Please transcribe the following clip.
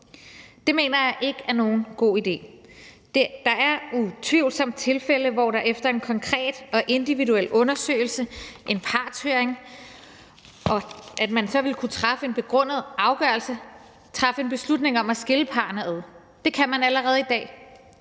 Det mener jeg ikke er nogen god idé. Der er utvivlsomt tilfælde, hvor man efter en konkret og individuel undersøgelse, en partshøring, kan træffe en begrundet afgørelse og træffe en beslutning om at skille parrene ad. Det kan man allerede i dag.